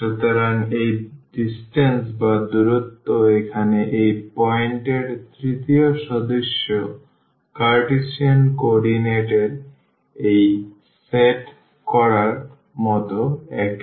সুতরাং এই দূরত্ব এখানে এই পয়েন্ট এর তৃতীয় সদস্য কার্টেসিয়ান কোঅর্ডিনেট এর এই সেট করার মতো একই